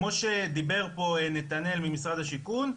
כמו שדיבר פה נתנאל ממשרד השיכון.